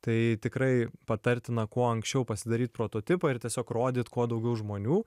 tai tikrai patartina kuo anksčiau pasidaryt prototipą ir tiesiog rodyt kuo daugiau žmonių